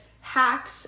hacks